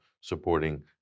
supporting